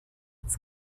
its